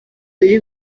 biri